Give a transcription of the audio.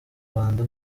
rwanda